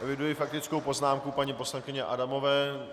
Eviduji faktickou poznámku paní poslankyně Adamové.